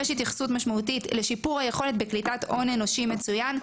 יש התייחסות משמעותית לשיפור היכולת בקליטת הון אנושי מצוין,